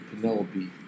Penelope